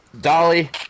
Dolly